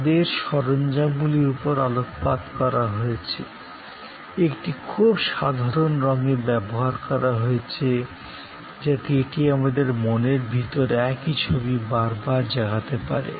তাদের সরঞ্জামগুলির উপর আলোকপাত করা হয়েছে একটি খুব সাধারণ রঙের ব্যবহার করা হয়েছে যাতে এটি আমাদের মনের ভিতর একই ছবি বার বার জাগাতে পারে